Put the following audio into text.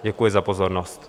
Děkuji za pozornost.